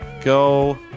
go